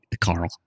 Carl